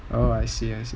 orh I see I see